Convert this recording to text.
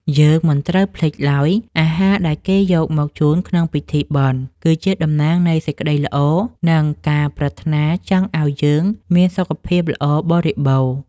យើងមិនត្រូវភ្លេចឡើយថា អាហារដែលគេយកមកជូនក្នុងពិធីបុណ្យ គឺជាតំណាងនៃសេចក្តីល្អ និងការប្រាថ្នាចង់ឱ្យយើងមានសុខភាពល្អបរិបូរណ៍។